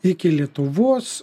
iki lietuvos